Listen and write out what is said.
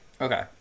Okay